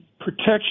protection